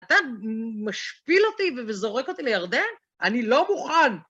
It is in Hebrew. אתה משפיל אותי וזורק אותי לירדן? אני לא מוכן.